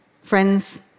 Friends